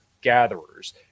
gatherers